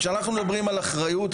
כשאנחנו מדברים על אחריות,